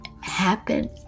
happen